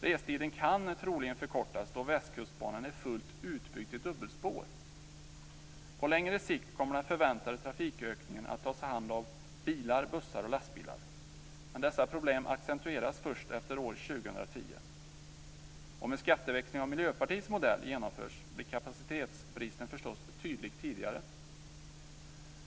Restiden kan troligen förkortas då Västkustbanan är fullt utbyggd till dubbelspår. På längre sikt kommer den förväntade trafikökningen att tas om hand av bilar, bussar och lastbilar, men dessa problem accentueras först efter år 2010. Om en skatteväxling av Miljöpartiets modell genomförs blir kapacitetsbristen förstås tydlig tidigare.